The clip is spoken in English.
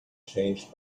changed